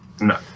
No